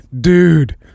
dude